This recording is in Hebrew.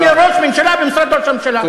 שיהיה ראש ממשלה במשרד ראש הממשלה.